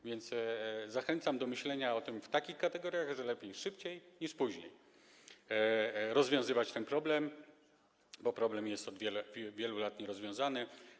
A więc zachęcam do myślenia o tym w takich kategoriach, że lepiej szybciej niż później rozwiązywać ten problem, bo problem jest od wielu lat nierozwiązany.